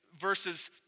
versus